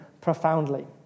profoundly